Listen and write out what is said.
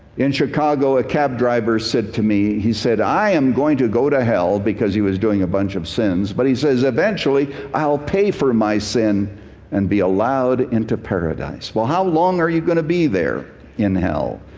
in chicago, a cab driver said to me he said, i am going to go to hell, because he was doing a bunch of sins, but he says, eventually i'll pay for my sin and be allowed into paradise. well, how long are you going to be there in hell?